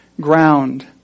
ground